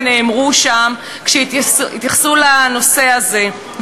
ונאמרו שם כשהתייחסו לנושא הזה: